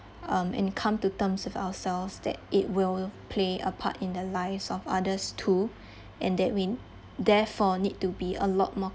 um and come to terms with ourselves that it will play a part in the lives of others too and that we n~ therefore need to be a lot more